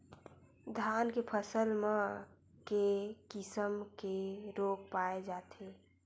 धान के फसल म के किसम के रोग पाय जाथे?